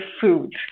food